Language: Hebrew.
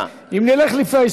אבל אם נלך לפי ההיסטוריה,